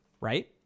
right